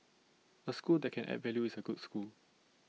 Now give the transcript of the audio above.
A school that can add value is A good school